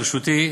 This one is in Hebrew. בראשותי,